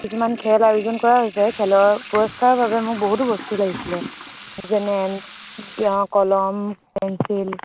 কিছুমান খেল আয়োজন কৰা হৈছে খেলৰ পুৰস্কাৰৰ বাবে মোক বহুতো বস্তু লাগিছিলে যেনে কলম পেঞ্চিল